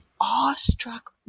awestruck